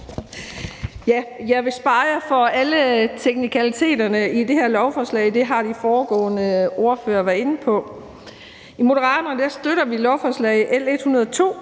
Jeg vil spare jer for alle teknikaliteterne i det her lovforslag. Det har de foregående ordførere været inde på. I Moderaterne støtter vi lovforslag nr.